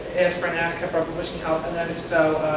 for an ascap or publicity help? and then if so,